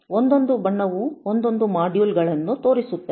ಒಂದೊಂದು ಬಣ್ಣವೂ ಒಂದೊಂದು ಮಾಡ್ಯುಲ್ ಗಳನ್ನು ತೋರಿಸುತ್ತದೆ